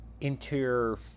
interior